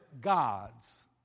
gods